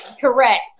Correct